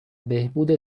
بهبود